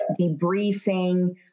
debriefing